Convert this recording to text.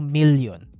million